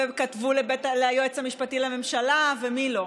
וכתבו ליועץ המשפטי לממשלה ולמי לא.